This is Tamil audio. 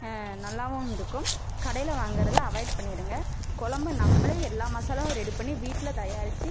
நல்லாவும் இருக்கும் கடையில் வாங்குகிறத அவாய்ட் பண்ணிவிடுங்க குழம்ப நம்மளே எல்லா மசாலாவும் ரெடி பண்ணி வீட்டில் தயாரித்து